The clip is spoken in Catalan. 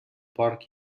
porc